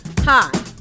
Hi